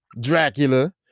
Dracula